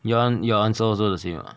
your one your answer also the same ah